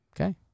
Okay